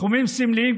תחומים סמליים,